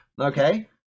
Okay